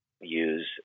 use